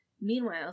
Meanwhile